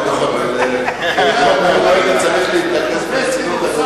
לא היית צריך להתייחס ברצינות,